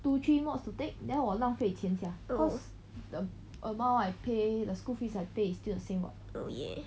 two three mods to take then 我浪费钱 sia cause the amount I pay the school fees I pay is still the same [what]